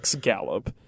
Gallop